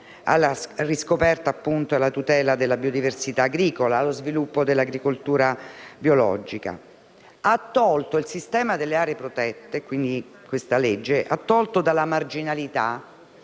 alla riscoperta e alla tutela della biodiversità agricola, allo sviluppo della agricoltura biologica. Il sistema delle aree protette, previsto nella citata legge, ha tolto dalla marginalità